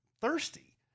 thirsty